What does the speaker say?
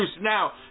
Now